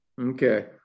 Okay